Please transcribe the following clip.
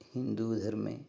हिन्दूधर्मे